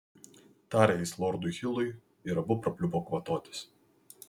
tarė jis lordui hilui ir abu prapliupo kvatotis